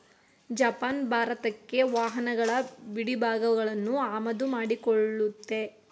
Japan ಭಾರತಕ್ಕೆ ವಾಹನಗಳ ಬಿಡಿಭಾಗಗಳನ್ನು ಆಮದು ಮಾಡಿಕೊಳ್ಳುತ್ತೆ